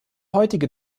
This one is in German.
heutige